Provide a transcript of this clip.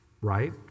right